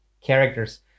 characters